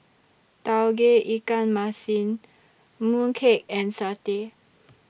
Tauge Ikan Masin Mooncake and Satay